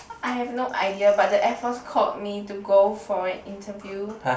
I have no idea but the Air Force called me to go for an interview